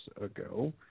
ago